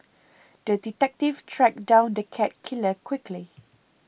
the detective tracked down the cat killer quickly